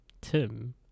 Tim